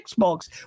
Xbox